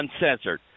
uncensored